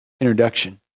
introduction